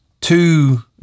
two